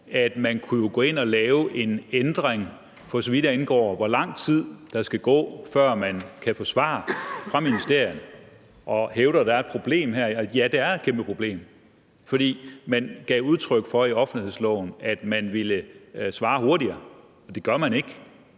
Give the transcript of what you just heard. at vi kunne gå ind og lave en ændring, for så vidt angår hvor lang tid der skal gå, før man kan få svar fra ministerierne, og hævder, at der er et problem her. Ja, der er et kæmpe problem. For der bliver givet udtryk for i offentlighedsloven, at man vil svare hurtigere. Men det gør man ikke.